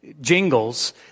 jingles